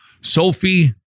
Sophie